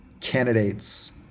candidates